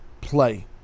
play